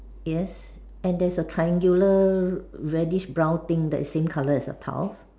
yes and there's a triangular reddish brown thing that is same colour as the tiles